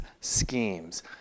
schemes